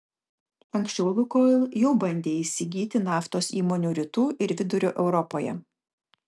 anksčiau lukoil jau bandė įsigyti naftos įmonių rytų ir vidurio europoje